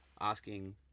asking